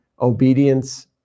obedience